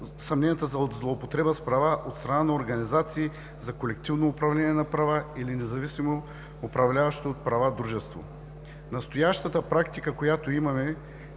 съмненията за злоупотреба с права от страна на организации за колективно управление на права или независимо управляващо права дружество. Настоящата практика, която имаме,